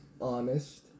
honest